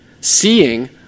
seeing